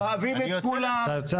אוהבים את כולם,